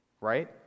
right